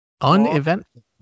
Uneventful